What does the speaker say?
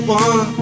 one